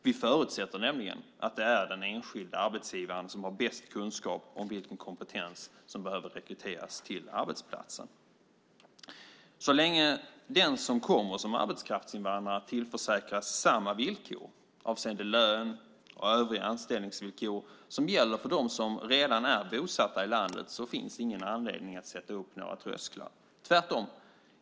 Vi förutsätter nämligen att det är den enskilde arbetsgivaren som har bäst kunskap om vilken kompetens som behöver rekryteras till arbetsplatsen. Så länge den som kommer som arbetskraftsinvandrad tillförsäkras samma villkor avseende lön och övriga anställningsvillkor som gäller för dem som redan är bosatta i landet finns det ingen anledning att sätta upp några trösklar, tvärtom.